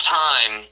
time